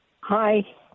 Hi